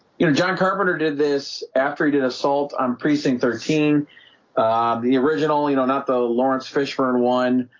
you know, john carpenter did this after he did assault on precinct thirteen the original, you know, not the laurence fishburne one